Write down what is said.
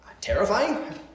terrifying